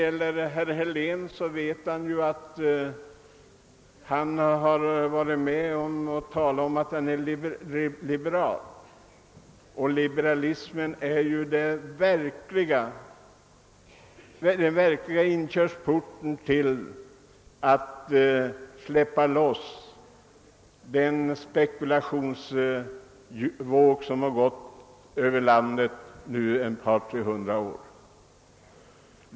Herr Helén har påstått att han är liberal. Liberalismen har ju varit den verkliga inkörsporten då det gällt att släppa loss den spekulationsvåg som har gått över landet under ett par tre hundra år.